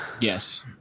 Yes